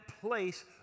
place